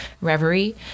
reverie